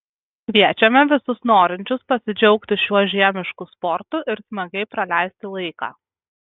kviečiame visus norinčius pasidžiaugti šiuo žiemišku sportu ir smagiai praleisti laiką